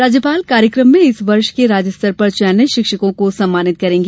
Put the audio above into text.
राज्यपाल कार्यक्रम में इस वर्ष के राज्य स्तर पर चयनित शिक्षकों को सम्मानित करेंगी